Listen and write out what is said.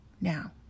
Now